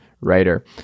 Writer